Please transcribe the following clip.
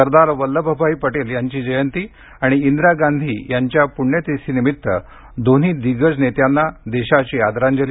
सरदार वल्लभभाई पटेल यांची जयंतीआणि इंदिरा गांधी यांच्या पुण्यतिथीनिमित्त दोन्ही दिग्गज नेत्यांना देशाची आदरांजली